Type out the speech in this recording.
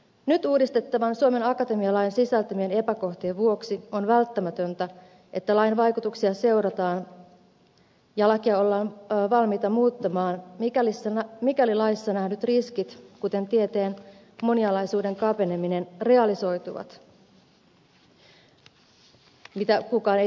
nyt uudistettavan suomen akatemia lain sisältämien epäkohtien vuoksi on välttämätöntä että lain vaikutuksia seurataan ja lakia ollaan valmiita muuttamaan mikäli laissa nähdyt riskit kuten tieteen monialaisuuden kapeneminen realisoituvat mitä kukaan ei tietenkään toivo